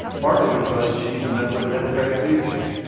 partly because she's a member of the democratic leadership,